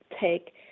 take